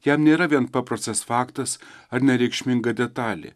jam nėra vien paprastas faktas ar nereikšminga detalė